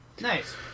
Nice